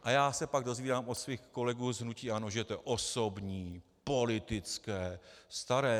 A já se pak dozvídám od svých kolegů z hnutí ANO, že to je osobní, politické, staré.